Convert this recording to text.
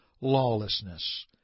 lawlessness